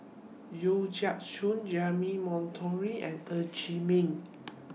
Yeo Siak Goon Jeremy Monteiro and Ng Chee Meng